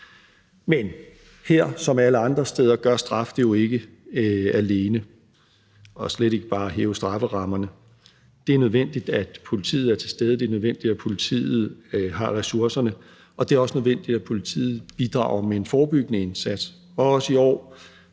Men her som alle andre steder gør straf det jo ikke alene – og slet ikke det bare at hæve strafferammerne. Det er nødvendigt, at politiet er til stede, det er nødvendigt, at politiet har ressourcerne, og det er også nødvendigt, at politiet bidrager med en forebyggende indsats, og også i år